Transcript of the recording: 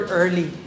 early